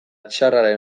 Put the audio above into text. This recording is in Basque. txarraren